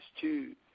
two